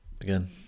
Again